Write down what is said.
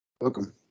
welcome